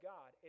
God